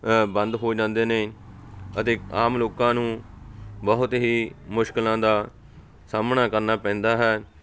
ਬੰਦ ਹੋ ਜਾਂਦੇ ਨੇ ਅਤੇ ਆਮ ਲੋਕਾਂ ਨੂੰ ਬਹੁਤ ਹੀ ਮੁਸ਼ਕਲਾਂ ਦਾ ਸਾਹਮਣਾ ਕਰਨਾ ਪੈਂਦਾ ਹੈ